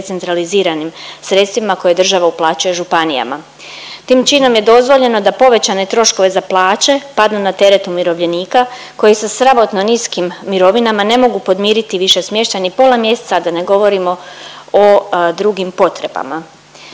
decentraliziranim sredstvima koje država uplaćuje županijama. Tim činom je dozvoljeno da povećane troškove za plaće padnu na teret umirovljenika koji sa sramotnim niskim mirovinama ne mogu podmiriti više smještaj ni pola mjeseca, a da ne govorimo o drugim potrebama.